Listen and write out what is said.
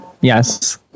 yes